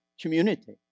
community